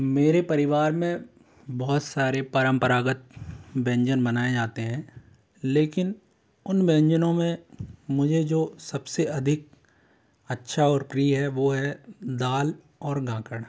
मेरे परिवार में बहुत सारे परंपरागत व्यंजन बनाए जाते हैं लेकिन उन व्यंजनों में मुझे जो सबसे अधिक अच्छा और प्रिय है वो है दाल और गाकड़